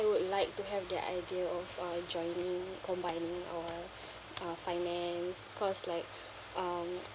do like to have the idea of uh joining combining or uh finance cause like um